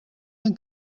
een